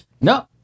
No